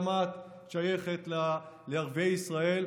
גם את שייכת לערביי ישראל,